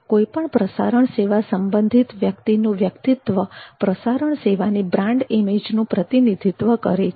કોઈપણ પ્રસારણ સેવા સંબંધિત વ્યક્તિનું વ્યક્તિત્વ પ્રસારણ સેવાની બ્રાન્ડ ઇમેજનું પ્રતિનિધિત્વ કરે છે